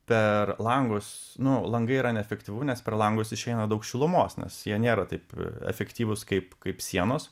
per langus nu langai yra neefektyvu nes per langus išeina daug šilumos nes jie nėra taip efektyvūs kaip kaip sienos